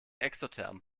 exotherm